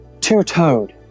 two-toed